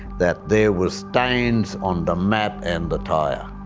that there were stains on the mat and the tyre.